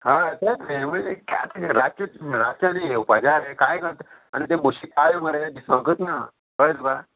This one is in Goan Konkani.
हय तेंच न्ही म्हणजे रातचे रातचे येवपाचें आरे कांय करता आनी तें बशें काळ मरे दिसांकूच ना कळ्ळें तुका